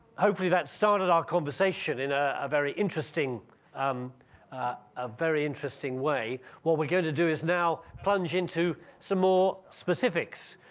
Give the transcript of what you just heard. hopefully that started our conversation in a very interesting um ah very interesting way. what we're going to do is now, plunge into some more specifics.